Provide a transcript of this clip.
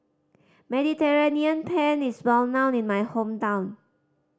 Mediterranean Penne is well known in my hometown